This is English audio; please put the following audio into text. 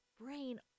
brain